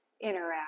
interact